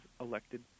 elected